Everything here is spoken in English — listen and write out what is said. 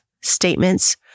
statements